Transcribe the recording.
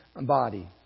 body